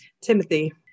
Timothy